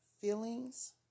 Feelings